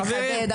אני אחדד,